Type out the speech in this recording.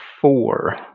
four